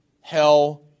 hell